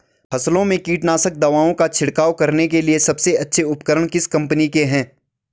फसलों में कीटनाशक दवाओं का छिड़काव करने के लिए सबसे अच्छे उपकरण किस कंपनी के हैं?